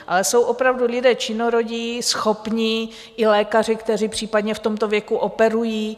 Ale jsou opravdu lidé činorodí, schopní, i lékaři, kteří případně v tomto věku operují.